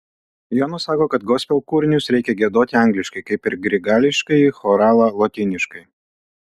jonas sako kad gospel kūrinius reikia giedoti angliškai kaip ir grigališkąjį choralą lotyniškai